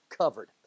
covered